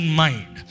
mind